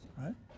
right